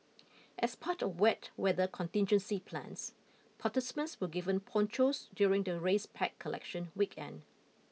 as part of wet weather contingency plans participants were given ponchos during the race pack collection weekend